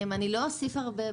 לא אוסיף הרבה.